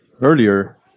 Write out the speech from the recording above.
earlier